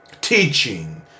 teaching